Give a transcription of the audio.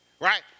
right